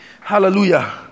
Hallelujah